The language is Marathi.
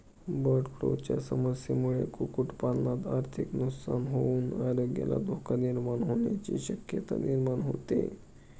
बर्डफ्लूच्या समस्येमुळे कुक्कुटपालनात आर्थिक नुकसान होऊन आरोग्याला धोका निर्माण होण्याची शक्यता निर्माण होते